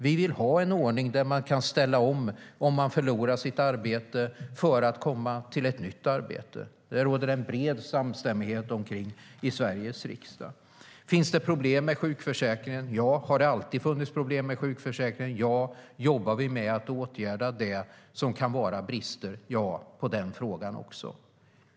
Vi vill ha en ordning där det går att ställa om om man förlorar sitt arbete för att sedan komma till ett nytt arbete. Det råder en bred samstämmighet om detta i Sveriges riksdag. Finns det problem med sjukförsäkringen? Ja. Har det alltid funnits problem med sjukförsäkringen? Ja. Jobbar vi med att åtgärda bristerna? Ja, är svaret på den frågan också.